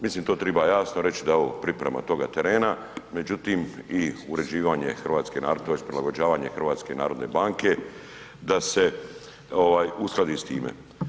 Mislim, to treba jasno reći da je ovo priprema toga terena međutim i uređivanje tj. prilagođavanje HNB-a da se uskladi s time.